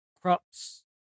crops